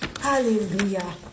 Hallelujah